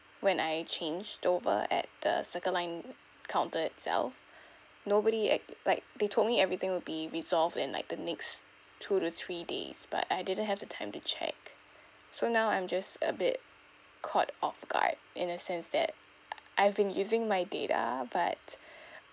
when I changed over at the circle line counter itself nobody act like they told me everything will be resolved in like the next two to three days but I didn't have the time to check so now I'm just a bit caught off guard in a sense that I've been using my data but